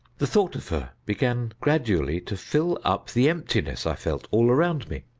the thought of her began gradually to fill up the emptiness i felt all around me.